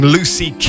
Lucy